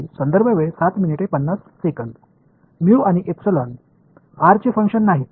विद्यार्थी म्यू आणि epsilon R चे फंक्शन नाहीत